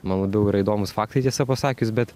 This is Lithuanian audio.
man labiau yra įdomūs faktai tiesą pasakius bet